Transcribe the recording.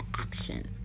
action